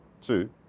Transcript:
two